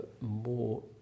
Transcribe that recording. more